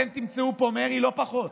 אתם תמצאו פה מרי, לא פחות.